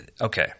okay